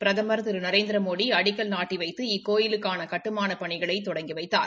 பிரதமர் திரு நரேந்திரமோடி அடிக்கல் நாட்டி வைத்து இக்கோவிலுக்கான கட்டுமானப் பணிகளை தொடங்கி வைத்தார்